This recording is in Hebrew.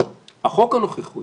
החוק הנוכחי